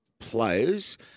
players